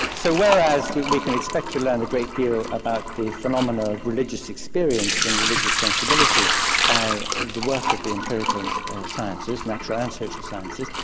so whereas we can expect to learn a great deal about the phenomena of religious experience and religious sensibility by the work of the empirical and sciences, natural and social sciences,